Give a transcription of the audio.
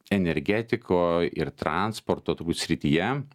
energetiko ir transporto turbūt srityje